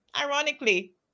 Ironically